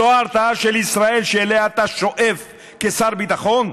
זו ההרתעה של ישראל שאליה אתה שואף כשר ביטחון?